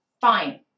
fine